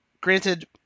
granted